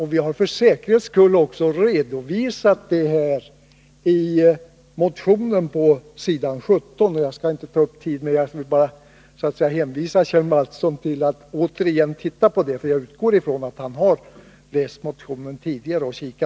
Och vi har för säkerhets skull redovisat dem i vår motion på s. 17. Jag vill bara hänvisa Kjell Mattsson till att återigen se på detta — för jag utgår ifrån att han läst motionen tidigare.